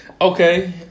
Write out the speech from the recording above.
Okay